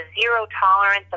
zero-tolerance